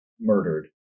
murdered